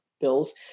bills